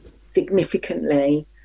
significantly